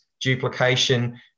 duplication